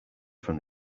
from